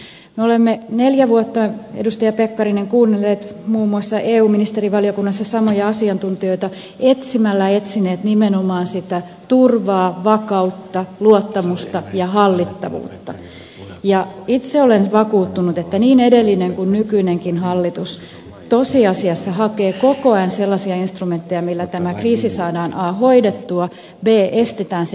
me olemme neljä vuotta edustaja pekkarinen kuunnelleet muun muassa eu ministerivaliokunnassa samoja asiantuntijoita etsimällä etsineet nimenomaan sitä turvaa vakautta luottamusta ja hallittavuutta ja itse olen vakuuttunut että niin edellinen kuin nykyinenkin hallitus tosiasiassa hakee koko ajan sellaisia instrumentteja millä tämä kriisi a saadaan hoidettua b estetään se eskaloituminen